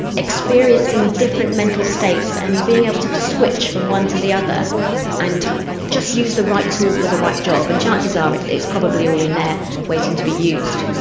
experiencing different mental states and being able to switch from one to the other and just use the right tool for the right job, and chances are it's it's probably all in there waiting to be used.